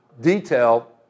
detail